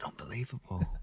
unbelievable